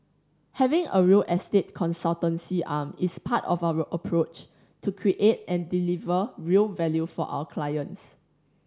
having a real estate consultancy arm is part of our approach to create and deliver real value for our clients